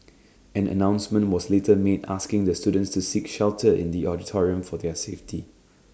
an announcement was later made asking the students to seek shelter in the auditorium for their safety